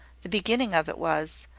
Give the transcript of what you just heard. the beginning of it was,